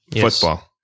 Football